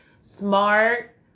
smart